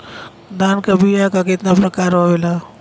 धान क बीया क कितना प्रकार आवेला?